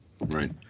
Right